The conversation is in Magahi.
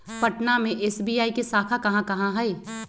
पटना में एस.बी.आई के शाखा कहाँ कहाँ हई